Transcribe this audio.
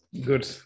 good